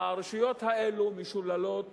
הרשויות האלה משוללות